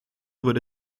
wurde